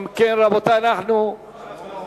אם כן, רבותי, אנחנו מצביעים.